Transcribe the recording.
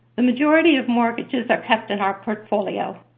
the majority of mortgages are kept in our portfolio.